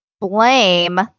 Blame